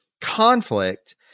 conflict